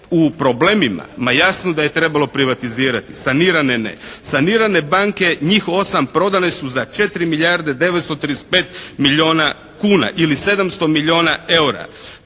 u problemima, ma jasno da je trebalo privatizirati, sanirane ne. Sanirane banke njih 8 prodane su za 4 milijarde 935 milijuna kuna, ili 700 milijuna eura.